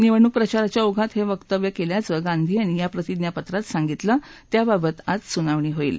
निवडणूक प्रचाराच्या ओघात हळिकव्य कल्पाचं गांधी यांनी या प्रतिज्ञा पत्रात सांगितलं याबाबत आज सुनावणी होईल